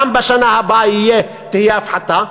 גם בשנה הבאה תהיה הפחתה.